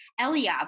Eliav